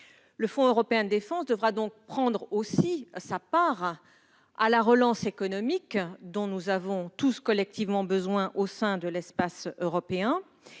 Le fonds européen de défense devra donc également prendre sa part de la relance économique, dont nous avons besoin collectivement au sein de l'espace européen.